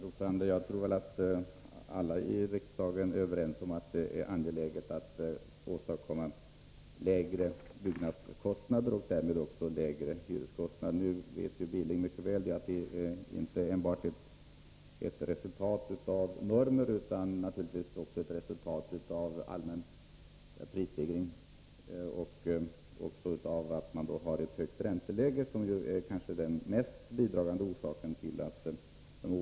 Herr talman! Jag tror att alla i riksdagen är överens om att det är angeläget att åstadkomma lägre byggnadskostnader och därmed också lägre hyreskostnader. Knut Billing vet mycket väl att de höga bostadskostnaderna inte bara är ett resultat av normerna, utan naturligtvis också av en allmän prisstegring och ett högt ränteläge, vilket kanske är den viktigaste orsaken.